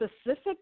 specific